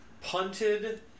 punted